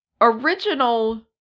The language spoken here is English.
original